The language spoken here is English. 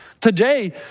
Today